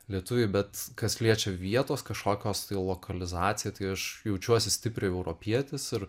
lietuviai bet kas liečia vietos kažkokios tai lokalizaciją tai aš jaučiuosi stipriai europietis ir